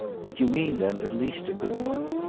but you mean then at least a good one.